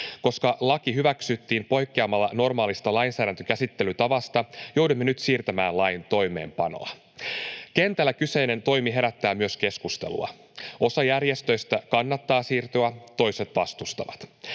Koska laki hyväksyttiin poikkeamalla normaalista lainsäädäntökäsittelytavasta, joudumme nyt siirtämään lain toimeenpanoa. Kentällä kyseinen toimi herättää myös keskustelua: osa järjestöistä kannattaa siirtoa, toiset vastustavat.